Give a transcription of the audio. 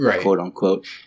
quote-unquote